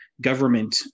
government